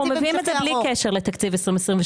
אנחנו מביאים את זה בלי קשר לתקציב 2023,